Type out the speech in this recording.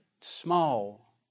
small